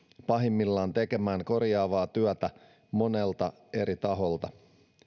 pahimmillaan tekemään korjaavaa työtä monelta eri taholta